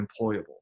employable